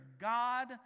God